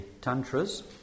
tantras